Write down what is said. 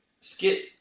skit